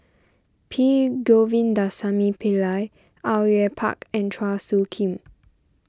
P Govindasamy Pillai Au Yue Pak and Chua Soo Khim